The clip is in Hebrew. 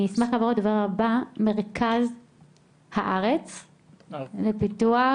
אשמח לשמוע את נציג המרכז הארצי לפיתוח